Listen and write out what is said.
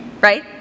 Right